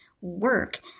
work